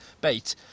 bait